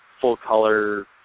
Full-color